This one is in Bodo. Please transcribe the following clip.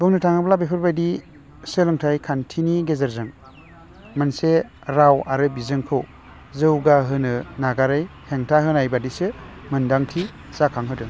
बुंनो थाङोब्ला बेफोर बायदि सोलोंथाइ खान्थिनि गेजेरजों मोनसे राव आरो बिजोंखौ जौगाहोनो नागारै हेंथा होनाय बादिसो मोनदांथि जाखांहोदों